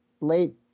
late